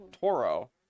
Toro